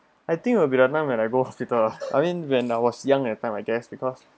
I think will be the time I go hospital lah I mean when I was young that time I guess because